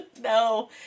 No